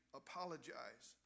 apologize